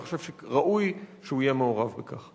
אני חושב שראוי שהוא יהיה מעורב בכך.